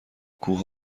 کوه